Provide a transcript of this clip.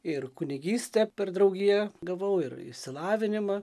ir kunigystė per draugiją gavau ir išsilavinimą